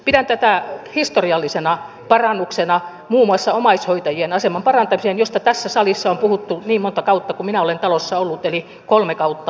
pidän tätä historiallisena parannuksena muun muassa omaishoitajien aseman parantamiseen josta tässä salissa on puhuttu niin monta kautta kuin minä olen talossa ollut eli kolme kautta ja ylikin